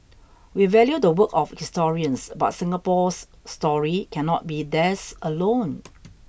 we value the work of historians but Singapore's story cannot be theirs alone